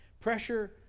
Pressure